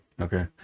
Okay